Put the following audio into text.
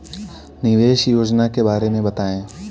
निवेश योजना के बारे में बताएँ?